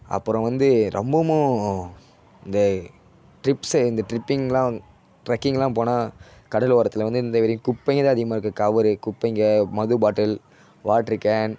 அப்புறம் வந்து ரொம்பவும் இந்த ட்ரிப்ஸ்ஸு இந்த ட்ரிப்பிங்லாம் ட்ரக்கிங்லாம் போனால் கடல் ஓரத்தில் வந்து இந்த மாரி குப்பைங்கள் தான் அதிகமாக இருக்குது க ஒரே குப்பைங்கள் மதுபாட்டில் வாட்ரு கேன்